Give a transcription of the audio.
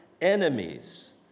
enemies